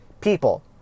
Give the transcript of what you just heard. People